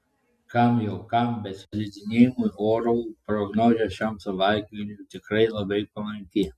kam jau kam bet slidinėjimui orų prognozė šiam savaitgaliui tikrai labai palanki